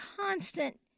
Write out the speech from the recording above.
constant